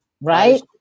right